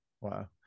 Wow